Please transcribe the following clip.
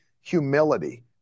humility